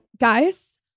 Guys